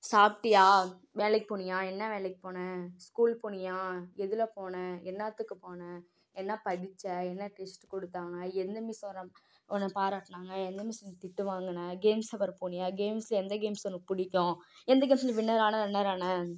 சாப்பிட்டியா வேலைக்கு போனியா என்ன வேலைக்கு போன ஸ்கூல் போனியா எதில் போன என்னத்துக்கு போன என்ன படிச்ச என்ன டெஸ்ட்டு கொடுத்தாங்க எந்த மிஸ்ஸு ஒரம் உன்னை பாராட்டினாங்க எந்த மிஸ்கிட்ட நீ திட்டு வாங்கின கேம்ஸ் ஹவர் போனியா கேம்ஸ்ல எந்த கேம்ஸ் உனக்கு பிடிக்கும் எந்த கேம்ஸ் நீ வின்னரான ரன்னரான